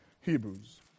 Hebrews